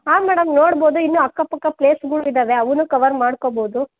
ಆಂ madam ನೋಡ್ಬೋದು ಇನ್ನೂ ಅಕ್ಕ ಪಕ್ಕ ಪ್ಲೇಸ್ಗಳು ಇದ್ದಾವೆ ಅವನ್ನು ಕವರ್ ಮಾಡ್ಕೋಬೋದು